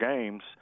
games